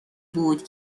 بود